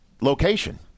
location